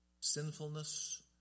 sinfulness